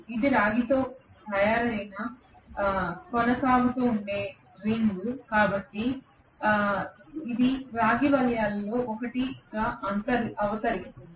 ఇది రాగితో తయారైన కొనసాగుతూ ఉండే రింగ్ కాబట్టి ఇది రాగి వలయాలలో ఒకటిగా అవతరిస్తుంది